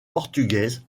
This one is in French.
portugaise